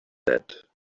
that